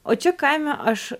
o čia kaime aš